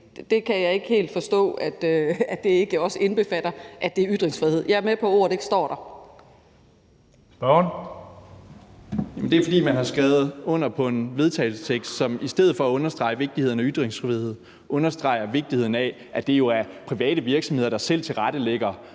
at ordet ikke står der. Kl. 16:12 Tredje næstformand (Karsten Hønge): Spørgeren. Kl. 16:12 Mikkel Bjørn (DF): Det er, fordi man har skrevet under på en vedtagelsestekst, som i stedet for at understrege vigtigheden af ytringsfrihed understreger vigtigheden af, at det jo er private virksomheder, der selv tilrettelægger